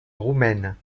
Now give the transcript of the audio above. roumaine